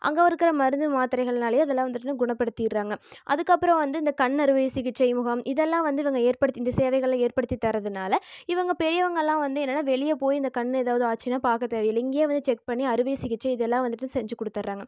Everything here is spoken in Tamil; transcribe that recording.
அங்கே இருக்கிற மருந்து மாத்திரைகள்னாலே அதெல்லாம் வந்துட்டு குணப்படுத்திவிடுறாங்க அதுக்கப்புறம் வந்து இந்த கண் அறுவை சிகிக்சை முகாம் இதெல்லாம் வந்து இவங்க ஏற்படுத்தி இந்த சேவைகளெல்லாம் ஏற்படுத்தி தரதுனால் இவங்க பெரியவர்கள்லாம் வந்து என்னென்னால் வெளியே போய் இந்த கண் ஏதாவது ஆச்சுனா பார்க்கத் தேவையில்லை இங்கேயே வந்து செக் பண்ணி அறுவை சிகிச்சை இதெல்லாம் வந்துட்டு செஞ்சுக் கொடுத்தட்றாங்க